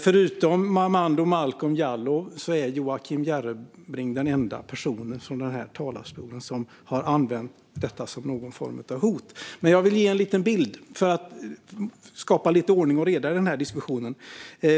Förutom Momodou Malcolm Jallow är Joakim Järrebring den enda person som från talarstolen har använt detta som någon form av hot. Jag vill ge en liten bild för att skapa lite ordning och reda i diskussionen.